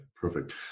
perfect